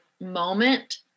moment